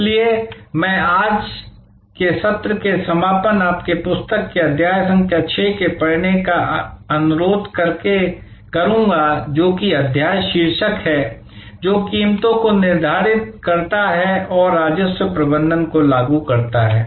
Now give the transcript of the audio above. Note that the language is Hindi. इसलिए मैं आज के सत्र का समापन आपसे पुस्तक के अध्याय संख्या ६ को पढ़ने का अनुरोध करके करूंगा जो कि अध्याय शीर्षक है जो कीमतों को निर्धारित करता है और राजस्व प्रबंधन को लागू करता है